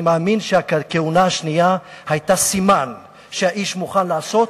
אני מאמין שהכהונה השנייה היתה סימן שהאיש מוכן לעשות